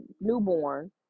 newborn